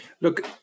Look